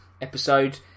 episode